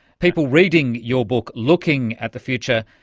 people reading your book looking at the future,